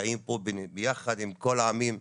חיים פה יחד עם כל העמים,